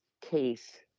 case